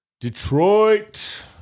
Detroit